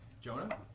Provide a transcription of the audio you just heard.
Jonah